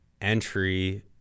entry